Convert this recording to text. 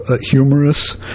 humorous